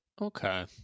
okay